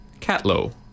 Catlow